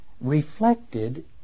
reflected